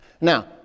Now